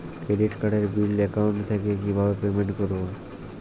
Credit কার্ডের bill account থেকে কিভাবে পেমেন্ট করবো?